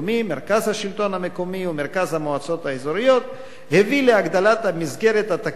מרכז השלטון המקומי ומרכז המועצות האזוריות הביא להגדלת המסגרת התקציבית